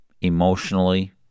emotionally